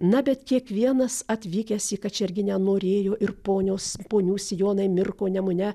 na bet kiekvienas atvykęs į kačerginę norėjo ir ponios ponių sijonai mirko nemune